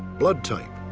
blood type.